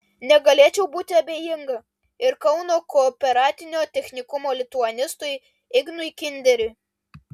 negalėčiau būti abejinga ir kauno kooperatinio technikumo lituanistui ignui kinderiui